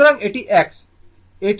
সুতরাং এটি x